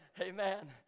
Amen